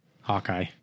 Hawkeye